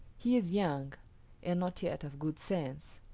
he is young and not yet of good sense.